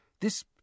This